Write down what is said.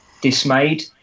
dismayed